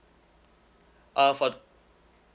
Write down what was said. uh for